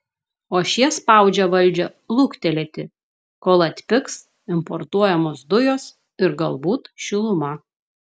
o šie spaudžia valdžią luktelėti kol atpigs importuojamos dujos ir galbūt šiluma